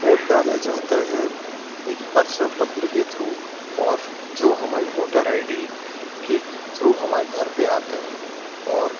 vote डाला जाता है एक पर्चा पत्र के थ्रू और जो हमारी वोटर आई डी के थ्रू हमारे घर पर आता है और